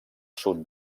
sud